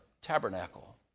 tabernacle